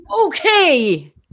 Okay